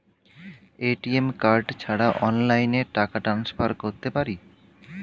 ATM card ছাড়া অনলাইনে টাকা টান্সফার করতে পারি?